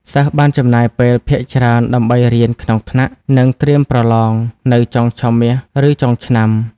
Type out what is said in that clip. សិស្សបានចំណាយពេលភាគច្រើនដើម្បីរៀនក្នុងថ្នាក់ និងត្រៀមប្រឡងនៅចុងឆមាសឬចុងឆ្នាំ។